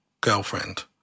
girlfriend